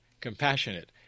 compassionate